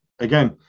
Again